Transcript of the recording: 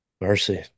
mercy